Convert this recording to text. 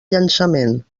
llançament